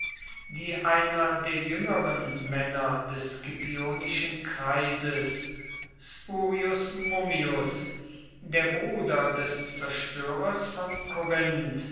die einer der jüngeren männer des scipionischen kreises spurius mummius der bruder des zerstörers von korinth